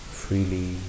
freely